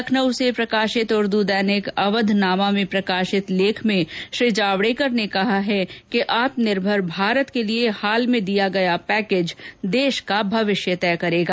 लखनऊ से प्रकाशित उर्द दैनिक अवधनामा में प्रकाशित लेख में श्री जावड़ेकर ने कहा है कि आत्मनिर्भर भारत के लिए हाल में दिया गया पैकेज देश का भविष्य तय करेगा